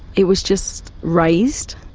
it was just raised,